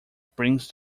brings